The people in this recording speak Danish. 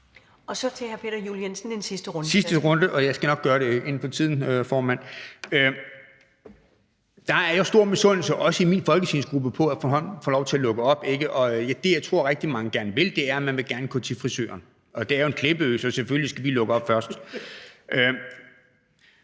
Kl. 14:10 Peter Juel-Jensen (V): Sidste runde, og jeg skal nok gøre det inden for tiden, formand. Der er jo stor misundelse, også i min folketingsgruppe, over, at Bornholm får lov til at lukke op. Det, jeg tror rigtig mange gerne vil, er at gå til frisøren, og det er jo en klippeø, så selvfølgelig skal de lukke op først.